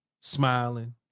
smiling